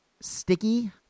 sticky